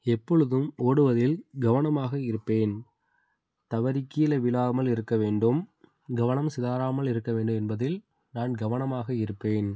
எப்பொழுதும் ஓடுவதில் கவனமாக இருப்பேன் தவறி கீழே விழாமல் இருக்க வேண்டும் கவனம் சிதாறாமல் இருக்க வேண்டும் என்பதில் நான் கவனமாக இருப்பேன்